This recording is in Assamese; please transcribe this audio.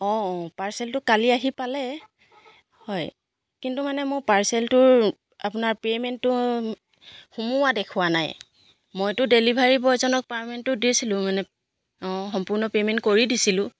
অঁ পাৰ্চেলটো কালি আহি পালে হয় কিন্তু মানে মোৰ পাৰ্চেলটোৰ আপোনাৰ পে'মেণ্টটো সোমোৱা দেখুৱা নাই মইতো ডেলিভাৰী বয়জনক পাৰমেণ্টটো দিছিলোঁ মানে অঁ সম্পূৰ্ণ পে'মেণ্ট কৰি দিছিলোঁ